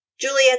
Juliet